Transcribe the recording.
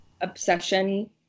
obsession